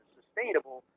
sustainable